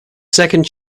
second